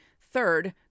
third